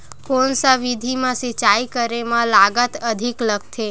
कोन सा विधि म सिंचाई करे म लागत अधिक लगथे?